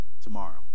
tomorrow